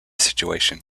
situation